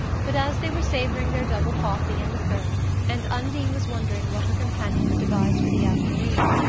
but as they were savouring their double coffee and liqueurs, and undine was wondering what her companion would devise for the afternoon,